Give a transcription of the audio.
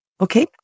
Okay